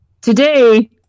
today